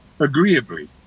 agreeably